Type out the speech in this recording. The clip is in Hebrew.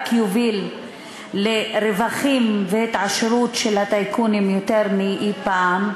רק יוביל לרווחים ולהתעשרות של הטייקונים יותר מאי-פעם,